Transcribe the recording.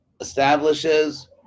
establishes